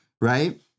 right